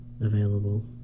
available